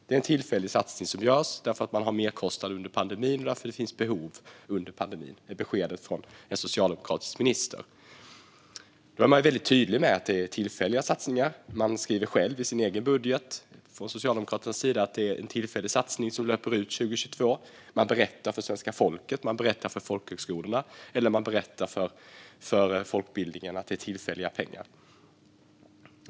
Det var en tillfällig satsning därför att det var merkostnader under pandemin och det därför fanns ett behov. Detta var beskedet från en socialdemokratisk minister. Man var väldigt tydlig med att det var tillfälligt. Socialdemokraterna skrev i sin egen budget att det var en tillfällig satsning som löper ut 2022. Man berättade för svenska folket, folkhögskolorna och folkbildningen att det var tillfälliga pengar.